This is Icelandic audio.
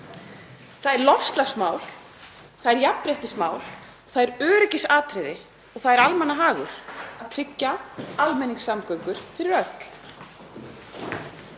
Það er loftslagsmál, það er jafnréttismál, það er öryggisatriði og það er almannahagur að tryggja almenningssamgöngur fyrir öll.